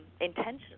intentionally